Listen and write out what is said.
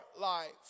life